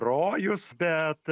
rojus bet